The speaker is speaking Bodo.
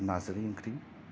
नारजि ओंख्रि